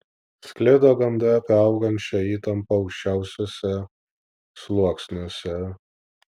sklido gandai apie augančią įtampą aukščiausiuose sluoksniuose